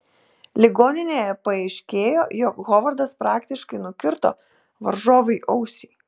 ligoninėje paaiškėjo jog hovardas praktiškai nukirto varžovui ausį